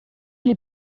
ele